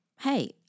Hey